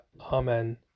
Amen